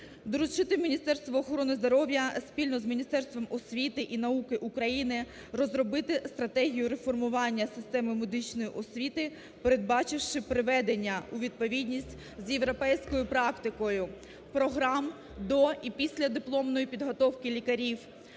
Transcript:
доручити Міністерству охорони здоров'я спільно з Міністерством освіти і науки України розробити стратегію реформування системи медичної освіти, передбачивши приведення у відповідність з європейською практикою програм до і післядипломної підготовки лікарі.